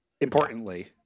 Importantly